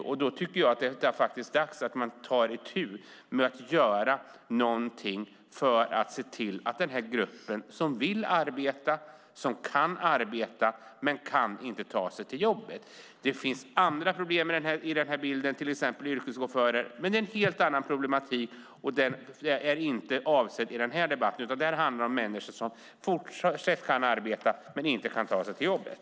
Jag tycker att det är dags att ta itu med att göra något för den här gruppen, som vill arbeta och kan arbeta men som inte kan ta sig till jobbet. Det finns andra problem i bilden, till exempel det som gäller yrkeschaufförer, men det är en helt annan fråga som den här debatten inte handlar om. Den här debatten handlar om människor som fortsatt kan arbeta men inte kan ta sig till jobbet.